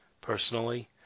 personally